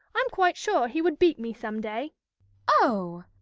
i'm quite sure he would beat me some day oh!